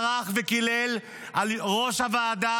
צרח וקילל את ראש הוועדה,